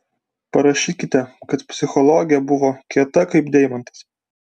parašykite kad psichologė buvo kieta kaip deimantas